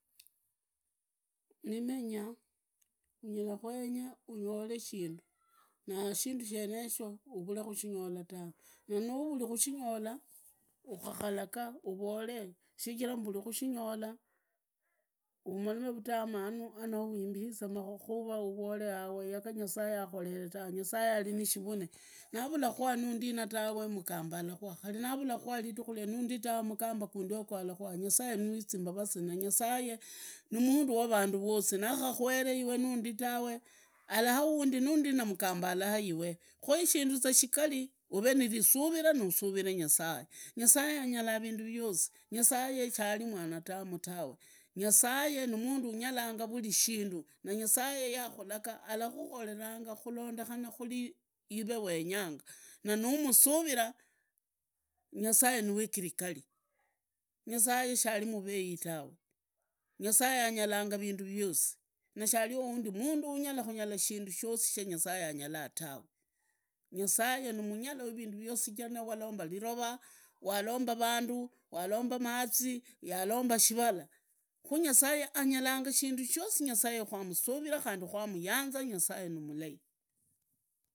Limenya linyalakwenya unyole shindu, na shindu shenyesho uvule khushinyola tawe naanavuli khushinyola, ukhukalaga uvole shijira mburi kushinyola, umolome vutamanu anoo uimbize makhura urolee yaga awa nyasaye akholele ta, nyasaye alinishivane, navula khuriwa nundina tawe mugamba arakuwe na naavuli khukwa nundina tawe mugamba gundigoalakhuwa, nyasaye nwizimbarasi, nyasaye ni mundu wa vandu vosi, nakhakhuere iwe nundi tawe, alaahaundi nundi magamba.